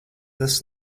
tas